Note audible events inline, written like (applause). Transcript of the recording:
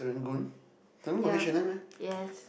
(breath) yeah yes